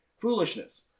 foolishness